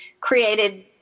created